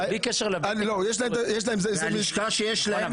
זה בלי קשר --- הבסיס גבוה.